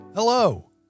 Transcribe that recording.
Hello